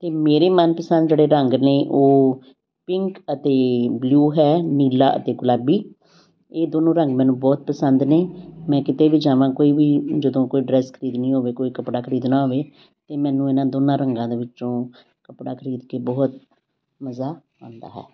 ਅਤੇ ਮੇਰੇ ਮਨਪਸੰਦ ਜਿਹੜੇ ਰੰਗ ਨੇ ਉਹ ਪਿੰਕ ਅਤੇ ਬਲਿਊ ਹੈ ਨੀਲਾ ਅਤੇ ਗੁਲਾਬੀ ਇਹ ਦੋਨੋਂ ਰੰਗ ਮੈਨੂੰ ਬਹੁਤ ਪਸੰਦ ਨੇ ਮੈਂ ਕਿਤੇ ਵੀ ਜਾਵਾਂ ਕੋਈ ਵੀ ਜਦੋਂ ਕੋਈ ਡਰੈਸ ਖਰੀਦਣੀ ਹੋਵੇ ਕੋਈ ਕੱਪੜਾ ਖਰੀਦਣਾ ਹੋਵੇ ਤਾਂ ਮੈਨੂੰ ਇਹਨਾਂ ਦੋਨਾਂ ਰੰਗਾਂ ਦੇ ਵਿੱਚੋਂ ਕੱਪੜਾ ਖਰੀਦ ਕੇ ਬਹੁਤ ਮਜ਼ਾ ਆਉਂਦਾ ਹੈ